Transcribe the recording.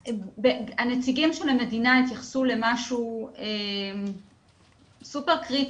הנציגים של המדינה התייחסו למשהו סופר קריטי,